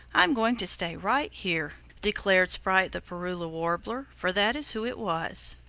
i'm going to stay right here, declared sprite the parula warbler, for that is who it was.